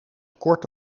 kort